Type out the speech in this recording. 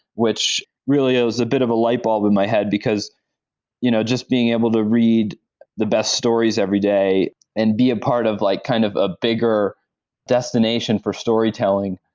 which really was a bit of a lightbulb in my head, because you know just being able to read the best stories every day and be a part of like kind of a bigger destination for storytelling,